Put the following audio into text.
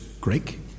Greek